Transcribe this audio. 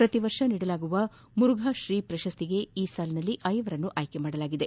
ಪ್ರತಿವರ್ಷ ನೀಡಲಾಗುವ ಮರುಘಾಶ್ರೀ ಪ್ರಶಸ್ತಿಗೆ ಈ ಸಾಲಿನಲ್ಲಿ ಐವರನ್ನು ಆಯ್ಕೆ ಮಾಡಲಾಗಿದೆ